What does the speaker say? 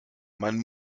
man